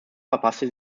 verpasste